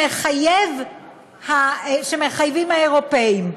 שמחייבים האירופים.